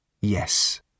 yes